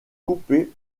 coupé